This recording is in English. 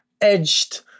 edged